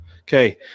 Okay